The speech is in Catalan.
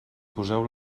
poseu